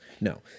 no